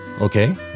Okay